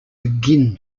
begin